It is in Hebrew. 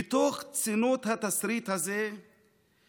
/ מתוך סצנות התסריט הזה /